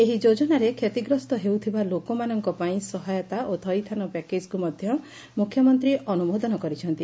ଏହି ଯୋଜନାରେ କ୍ଷତିଗ୍ରସ୍ଠ ହେଉଥିବା ଲୋକମାନଙ୍କ ପାଇଁ ସହାୟତା ଓ ଥଇଥାନ ପ୍ୟାକେଙ୍କୁ ମଧ୍ଧ ମୁଖ୍ୟମନ୍ତୀ ଅନୁମୋଦନ କରିଛନ୍ତି